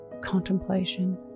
contemplation